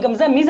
מי זה